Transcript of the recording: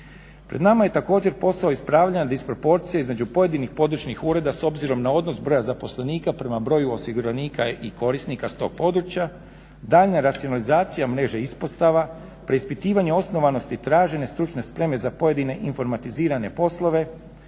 Pred nama je također posao ispravljanja disproporcija između pojedinih područnih ureda s obzirom na odnos broja zaposlenika prema broju osiguranika i korisnika s tog područja, daljnja racionalizacija mreže ispostava, preispitivanje osnovanosti tražene stručne spreme za pojedine informatizirane poslove,